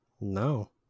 No